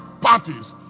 parties